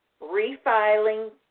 refiling